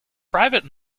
private